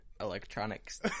electronics